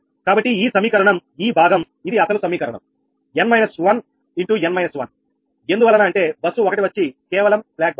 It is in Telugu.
కాబట్టి ఈ సమీకరణం ఈ భాగం ఇది అసలు సమీకరణం 𝑛 − 1 ∗ 𝑛 − 1 ఎందువలన అంటే బస్సు ఒకటి వచ్చి కేవలం స్లాక్ బస్